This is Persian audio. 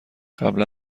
قبلا